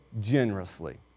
generously